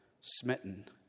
smitten